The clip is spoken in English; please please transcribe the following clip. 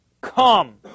come